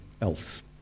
else